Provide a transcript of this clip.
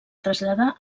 traslladar